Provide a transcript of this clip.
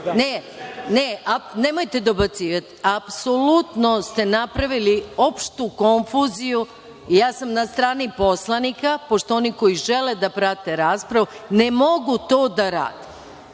37.)Nemojte dobacivati. Apsolutno ste napravili opštu konfuziju. Ja sam na strani poslanika pošto oni koji žele da prate raspravu ne mogu to da rade. Daću